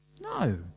No